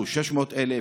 הוא 600,000,